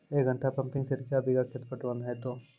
एक घंटा pumping set क्या बीघा खेत पटवन है तो?